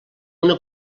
una